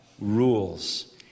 rules